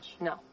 No